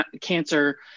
cancer